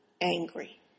angry